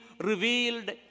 revealed